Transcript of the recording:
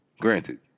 Granted